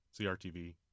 CRTV